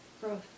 growth